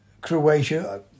Croatia